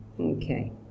Okay